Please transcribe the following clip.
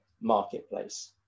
marketplace